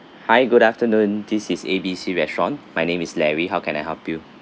hi good afternoon this is A B C restaurant my name is larry how can I help you